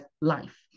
life